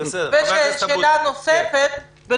יש לי שאלה נוספת.